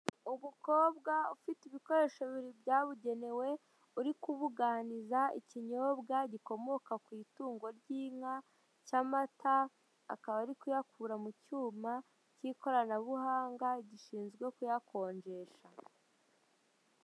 Umukobwa ufite ibikoresho bibiri byabugenewe, uri kubuganiza ikinyobwa gikomoka ku itungo ry'inka cy'amata, akabati ari kuyakura mu cyuma cy'ikoranabuhanga gishinzwe kuyakonjesha.